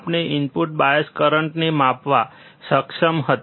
આપણે input bias કરંટને માપવા સક્ષમ હતા